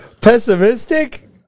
pessimistic